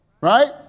right